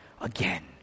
again